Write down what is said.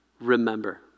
Remember